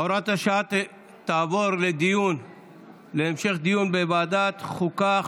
הוראת השעה תעבור להמשך דיון בוועדת החוקה,